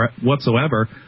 whatsoever